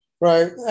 Right